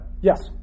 Yes